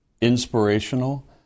inspirational